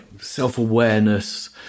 self-awareness